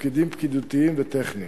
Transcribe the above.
בתפקידים פקידותיים וטכניים.